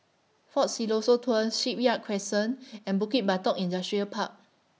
Fort Siloso Tours Shipyard Crescent and Bukit Batok Industrial Park